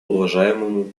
уважаемому